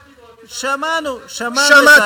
שמענו, שמענו את ההערה.